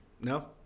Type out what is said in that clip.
No